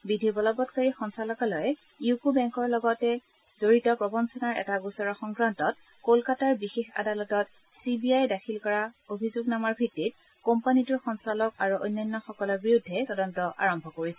বিধি বলবৎকাৰী সঞ্চালকালয়ে ইউকো বেংকৰ লগত জড়িত প্ৰবঞ্চনাৰ এটা গোচৰৰ সংক্ৰান্তত কলকাতাৰ বিশেষ আদালতত চি বি আইয়ে দাখিল কৰা অভিযোগনামাৰ ভিত্তিত কোম্পানীটোৰ সঞ্চালক আৰু অন্যান্যসকলৰ বিৰুদ্ধে তদন্ত আৰম্ভ কৰিছিল